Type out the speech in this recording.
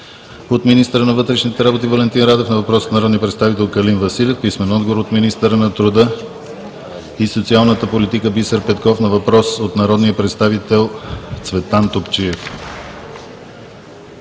- министъра на вътрешните работи Валентин Радев на въпрос от народния представител Калин Василев. - министъра на труда и социалната политика Бисер Петков на въпрос от народния представител Цветан Топчиев.